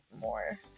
more